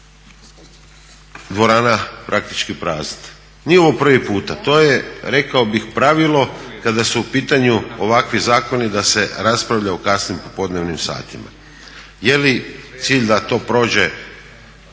dvorana praktički prazna. Nije ovo prvi puta, to je rekao bih pravilo kada su u pitanju ovakvi zakoni da se raspravlja u kasnim popodnevnim satima. Jeli cilj da to prođe